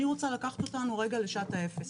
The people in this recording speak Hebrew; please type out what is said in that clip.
אני רוצה לקחת אותנו רגע לשעת האפס.